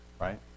Right